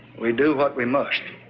we do what we must.